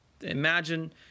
imagine